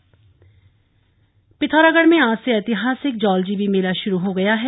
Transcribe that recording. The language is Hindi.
जौलजीबी मेला पिथौरागढ़ में आज से ऐतिहासिक जौलजीबी मेला शुरू हो गया है